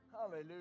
Hallelujah